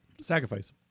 Sacrifice